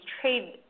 trade